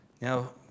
Now